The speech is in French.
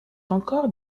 encore